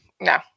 No